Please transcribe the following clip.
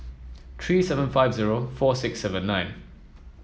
three seven five zero four six seven nine